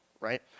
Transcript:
right